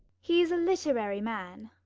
he's a literary man.